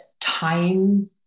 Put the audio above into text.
time